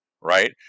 right